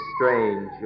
strange